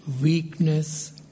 weakness